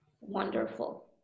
wonderful